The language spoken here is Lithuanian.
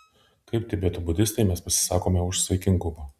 kaip tibeto budistai mes pasisakome už saikingumą